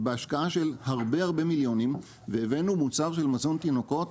בהשקעה של הרבה הרבה מיליונים והבאנו מוצר של מזון תינוקות,